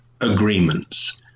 agreements